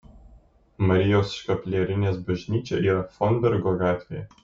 marijos škaplierinės bažnyčia yra fonbergo gatvėje